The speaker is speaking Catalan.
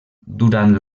durant